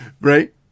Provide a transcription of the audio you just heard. right